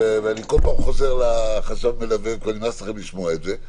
אני כל פעם חוזר לחשב המלווה וכבר נמאס לכם לשמוע את זה.